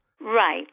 Right